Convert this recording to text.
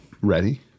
Ready